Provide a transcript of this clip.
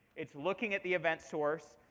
it's looking at the event source.